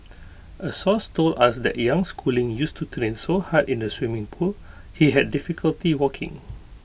A source told us that young schooling used to train so hard in the swimming pool he had difficulty walking